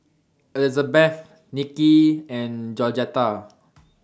Elizabeth Nicky and Georgetta